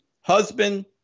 husband